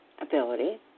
ability